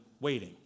waiting